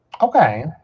Okay